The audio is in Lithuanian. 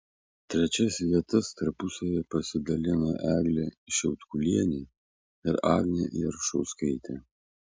trečias vietas tarpusavyje pasidalino eglė šiaudkulienė ir agnė jarušauskaitė